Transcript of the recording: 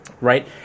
Right